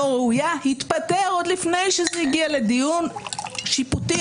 ראויה התפטר עוד לפני שזה הגיע לדיון שיפוטי,